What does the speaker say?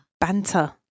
Banter